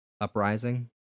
uprising